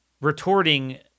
retorting